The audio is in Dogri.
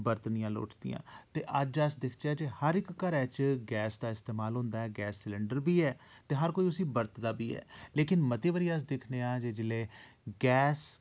बरतनियां लोड़चदियां ते अज्ज अस दिक्खचै ते हर इक घरै च गैस दा इस्तेमाल होंदा ऐ गैस सिलेंडर बी ऐ ते हर कोई उसी बरतदा बी ऐ लेकिन मते बारी अस दिक्खने आं जेल्लै गैस